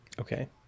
Okay